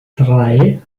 drei